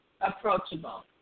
approachable